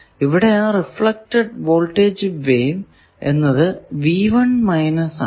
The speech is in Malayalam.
ഇവിടെ റിഫ്ലെക്ടഡ് വോൾടേജ് വേവ് എന്നത് ആണ്